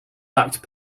lacked